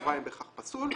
לכאורה אין בכך פסול,